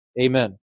Amen